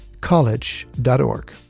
college.org